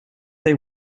they